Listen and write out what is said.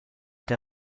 der